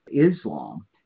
Islam